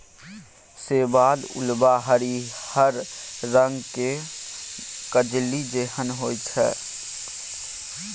शैवाल उल्वा हरिहर रंग केर कजली जेहन होइ छै